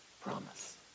promise